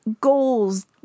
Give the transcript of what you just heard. goals